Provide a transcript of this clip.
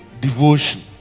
devotion